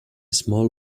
small